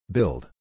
Build